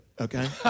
okay